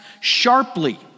sharply